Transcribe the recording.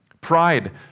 Pride